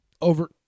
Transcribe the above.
over